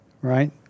right